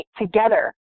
together